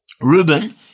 Reuben